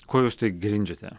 kuo jūs grindžiate